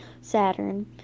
Saturn